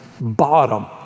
Bottom